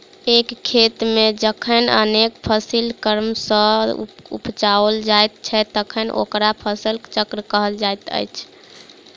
एक खेत मे जखन अनेक फसिल क्रम सॅ उपजाओल जाइत छै तखन ओकरा फसिल चक्र कहल जाइत छै